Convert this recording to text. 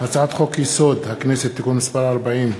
הצעת חוק-יסוד: הכנסת (תיקון מס' 40),